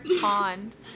pond